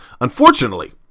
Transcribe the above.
Unfortunately